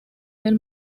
del